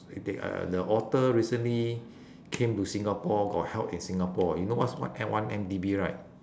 the uh the author recently came to singapore got held in singapore you know what's o~ one-M_D_B right